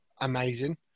Amazing